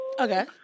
Okay